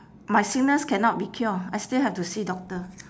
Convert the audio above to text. my sickness cannot be cure I still have to see doctor